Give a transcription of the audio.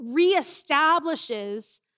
reestablishes